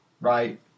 right